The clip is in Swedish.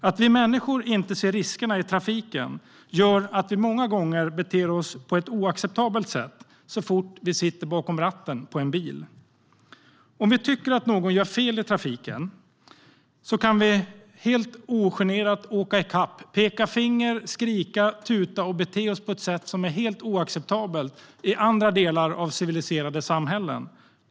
Att vi människor inte ser riskerna i trafiken gör att vi många gånger beter oss på ett oacceptabelt sätt så fort vi sitter bakom ratten i en bil. Om vi tycker att någon gör fel i trafiken kan vi helt ogenerat åka i kapp, peka finger, skrika, tuta och bete oss på ett sätt som är helt oacceptabelt i andra delar av civiliserade samhällen.